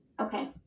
Okay